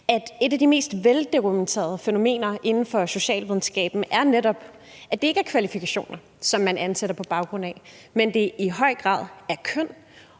at et af de mest veldokumenterede fænomener inden for socialvidenskaben netop er, at det ikke er kvalifikationer, man ansætter på baggrund af, men at det i høj grad er køn.